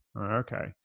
okay